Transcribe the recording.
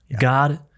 God